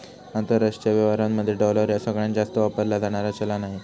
आंतरराष्ट्रीय व्यवहारांमध्ये डॉलर ह्या सगळ्यांत जास्त वापरला जाणारा चलान आहे